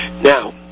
Now